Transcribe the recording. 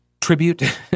tribute